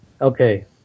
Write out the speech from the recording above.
Okay